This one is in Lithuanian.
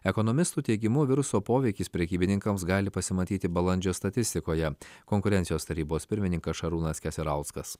ekonomistų teigimu viruso poveikis prekybininkams gali pasimatyti balandžio statistikoje konkurencijos tarybos pirmininkas šarūnas keserauskas